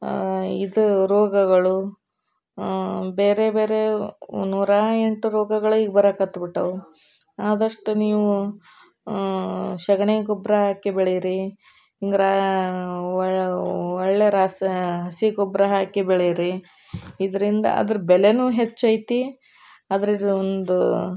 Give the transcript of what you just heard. ಇದು ರೋಗಗಳು ಬೇರೆ ಬೇರೆ ನೂರಾ ಎಂಟು ರೋಗಗಳು ಈಗ ಬರಕ್ಕತ್ಬಿಟ್ಟಾವೆ ಆದಷ್ಟು ನೀವು ಸೆಗಣಿ ಗೊಬ್ಬರ ಹಾಕಿ ಬೆಳೀರಿ ಹಿಂಗ್ ರಾ ಒಳ್ಳೆಯ ರಾಸಾ ಹಸಿ ಗೊಬ್ಬರ ಹಾಕಿ ಬೆಳೀರಿ ಇದರಿಂದ ಅದ್ರ ಬೆಲೆಯೂ ಹೆಚ್ಚೈತಿ ಅದರದು ಒಂದು